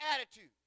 attitude